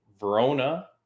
Verona